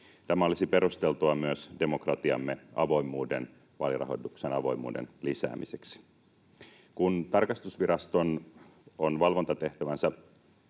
Tämä olisi perusteltua myös demokratiamme avoimuuden, vaalirahoituksen avoimuuden, lisäämiseksi. Kun tarkastusvirasto on valvontatehtävänsä